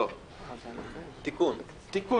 אז תגיד את הבעיה שלך ויחפשו